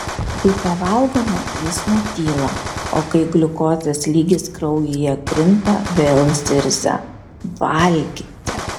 kai pavalgome jis nutyla o kai gliukozės lygis kraujyje krinta vėl zirzia valgyti